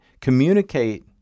Communicate